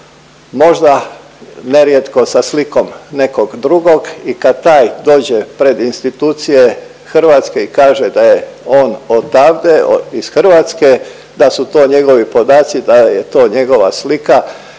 možda nerijetko sa slikom nekog drugog i kad taj dođe pred institucije hrvatske i kaže da je on odavde iz Hrvatske da su to njegovi podaci, da je to njegova slika